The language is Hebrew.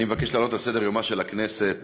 אני מבקש להעלות על סדר-יומה של הכנסת